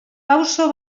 pauso